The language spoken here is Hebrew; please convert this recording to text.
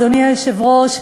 אדוני היושב-ראש,